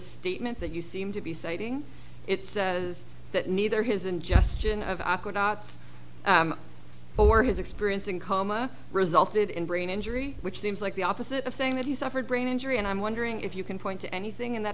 statement that you seem to be citing it says that neither his ingestion of aqua dots or his experience in coma resulted in brain injury which seems like the opposite of saying that he suffered brain injury and i'm wondering if you can point to anything in that